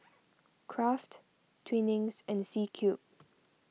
Kraft Twinings and C Cube